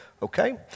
Okay